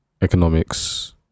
economics